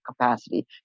capacity